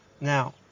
Now